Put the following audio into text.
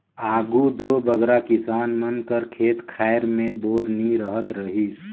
आघु दो बगरा किसान मन कर खेत खाएर मे बोर नी रहत रहिस